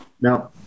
no